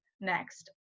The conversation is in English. next